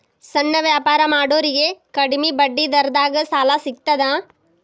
ಸಣ್ಣ ವ್ಯಾಪಾರ ಮಾಡೋರಿಗೆ ಕಡಿಮಿ ಬಡ್ಡಿ ದರದಾಗ್ ಸಾಲಾ ಸಿಗ್ತದಾ?